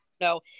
No